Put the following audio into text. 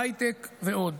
ההייטק ועוד.